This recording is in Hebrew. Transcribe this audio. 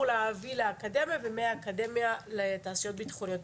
להוביל לאקדמיה ומהאקדמיה לתעשיות הביטחוניות.